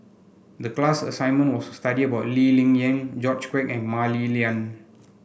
the class assignment was to study about Lee Ling Yen George Quek and Mah Li Lian